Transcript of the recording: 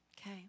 okay